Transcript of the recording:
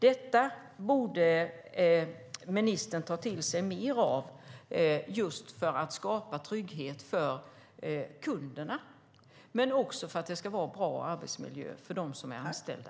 Detta borde ministern ta till sig mer av - för att skapa trygghet för kunderna och en bra arbetsmiljö för de anställda.